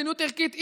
מדיניות ערכית,